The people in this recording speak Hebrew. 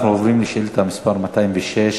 אנחנו עוברים לשאילתה מס' 206,